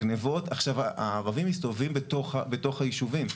עכשיו, הערבים מסתובבים בתוך היישובים.